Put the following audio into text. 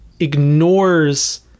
ignores